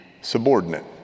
subordinate